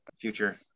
future